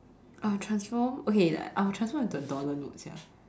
I will transform okay I will transform into a dollar note sia